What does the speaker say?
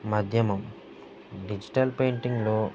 మాధ్యమం డిజిటల్ పెయింటింగ్లో